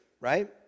right